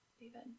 David